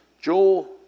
Joel